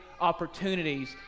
opportunities